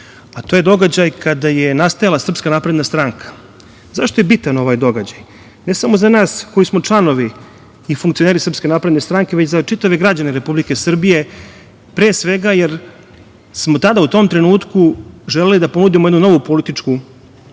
a to je događaj kada je nastajala SNS.Zašto je bitan ovaj događaj? Ne samo za nas koji smo članovi i funkcioneri SNS, već za sve građane Republike Srbije, pre svega jer smo tada u tom trenutku želeli da ponudimo jednu novu političku